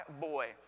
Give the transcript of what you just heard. boy